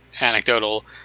anecdotal